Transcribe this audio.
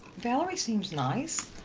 valerie seems nice.